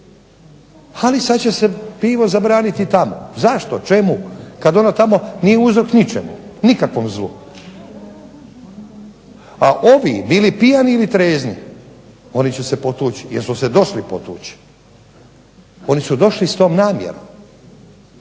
Ali sad će se pivo zabraniti tamo. Zašto? Čemu? Kad ono tamo nije uzrok ničemu, nikakvom zlu. A ovi bili pijani ili trijezni, oni će se potući jer su se došli potući. Oni su došli s tom namjerom,